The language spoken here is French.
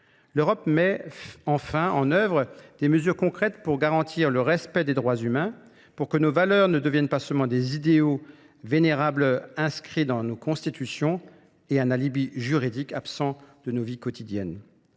L'Europe met enfin en œuvre des mesures concrètes pour garantir le respect des droits humains, pour que nos valeurs ne deviennent pas seulement des idéaux vénérables inscrits dans nos Constitutions et un alibi juridique absent de nos vies quotidiennes.